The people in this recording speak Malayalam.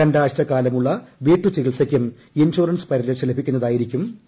രണ്ടാഴ്ചക്കാലമുള്ള വീട്ടു ചികിത്സയ്ക്കും ഇൻഷുറൻസ് പരിരക്ഷ ലഭിക്കുന്നതായിരിക്കും ഈ പോളിസികൾ